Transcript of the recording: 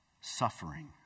suffering